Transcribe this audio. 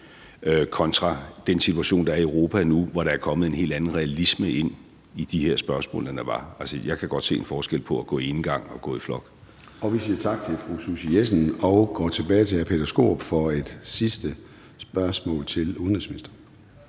kontra den situation, der er i Europa nu, hvor der er kommet en helt anden realisme ind i de her spørgsmål, end der var. Altså, jeg kan godt se en forskel på at gå enegang og gå i flok. Kl. 13:10 Formanden (Søren Gade): Vi siger tak til fru Susie Jessen – og går tilbage til hr. Peter Skaarup for et sidste spørgsmål til udenrigsministeren.